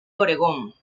oregón